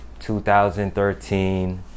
2013